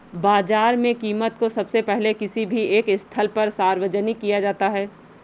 बाजार में कीमत को सबसे पहले किसी भी एक स्थल पर सार्वजनिक किया जाता है